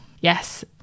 Yes